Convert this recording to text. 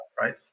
right